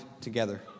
together